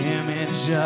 image